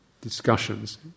discussions